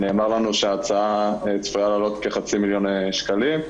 נאמר לנו שההצעה צפויה לעלות כחצי מיליון שקלים.